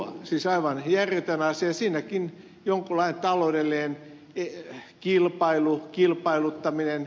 siis aivan järjetön asia siinäkin jonkunlainen taloudellinen kilpailu kilpailuttaminen